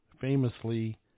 famously